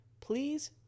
please